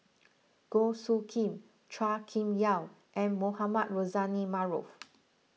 Goh Soo Khim Chua Kim Yeow and Mohamed Rozani Maarof